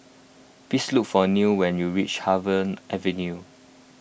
please look for Nile when you reach Harvey Avenue